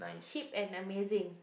cheap and amazing